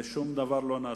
ושום דבר לא נעשה.